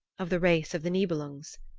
of the race of the nibelungs,